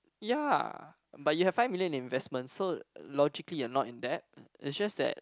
ya but you have five million in investments so logically you are not in debt it's just that